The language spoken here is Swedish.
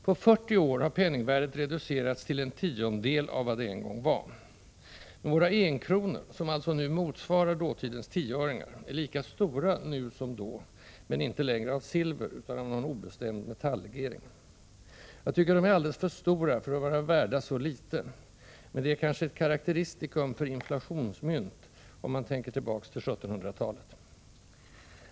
På 40 år har penningvärdet reducerats till en tiondel av vad det en gång var. Men våra enkronor — som alltså nu motsvarar dåtidens 10-öringar — är lika stora nu som då, men inte längre av silver utan av någon obestämd metallegering. Jag tycker de är alldeles för stora för att vara värda så litet — men det är kanske ett karakteristikum för inflationsmynt, om man tänker tillbaka till 1700-talet.